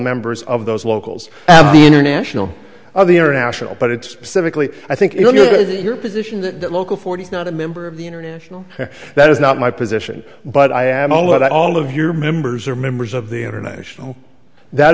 members of those locals and the international the international but it specifically i think you are your position that local forty is not a member of the international that is not my position but i am all that all of your members are members of the international that